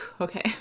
okay